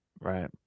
Right